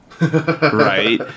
Right